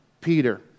Peter